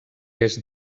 est